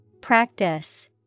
Practice